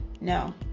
no